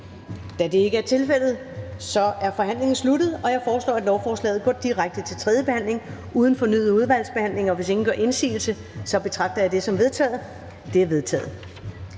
Da det ikke er tilfældet, er forhandlingen sluttet. Jeg foreslår, at lovforslaget går direkte til tredje behandling uden fornyet udvalgsbehandling. Hvis ingen gør indsigelse, betragter jeg dette som vedtaget. Det er vedtaget.